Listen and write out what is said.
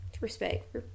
Respect